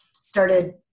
started